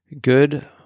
good